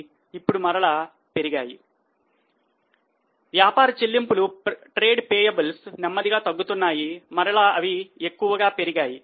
ఇప్పుడు మరల పెరిగాయి